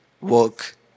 work